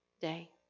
day